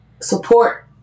support